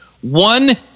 One